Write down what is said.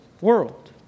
world